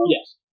Yes